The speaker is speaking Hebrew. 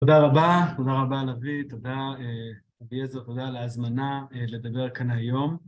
תודה רבה, תודה רבה לביא, תודה אביעזר, תודה על ההזמנה לדבר כאן היום.